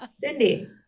Cindy